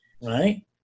right